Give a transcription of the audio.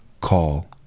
Call